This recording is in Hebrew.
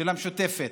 של המשותפת.